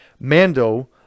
Mando